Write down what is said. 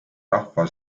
rahva